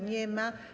Nie ma.